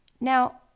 Now